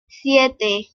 siete